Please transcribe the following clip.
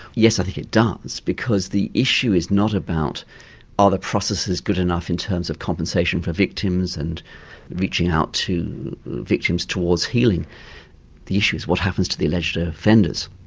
yes, i think it does, because the issue is not about are the processes good enough in terms of compensation for victims and reaching out to victims towards healing the issue is what happens to the alleged ah offenders.